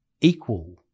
equal